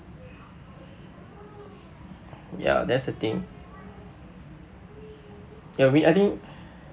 ya that's the thing ya we I think